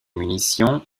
munitions